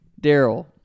Daryl